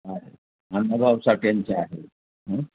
आहे अण्णा भाऊ साठयांचं आहे